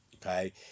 Okay